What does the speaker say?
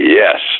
yes